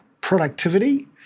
productivity